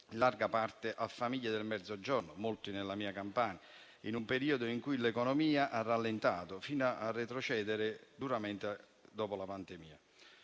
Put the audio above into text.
in larga parte a famiglie del Mezzogiorno, molti nella mia Campania, in un periodo in cui l'economia ha rallentato, fino a retrocedere duramente dopo la pandemia.